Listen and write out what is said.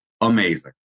amazing